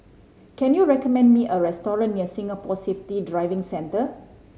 can you recommend me a restaurant near Singapore Safety Driving Centre